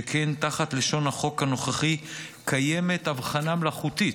שכן תחת לשון החוק הנוכחי קיימת הבחנה מלאכותית,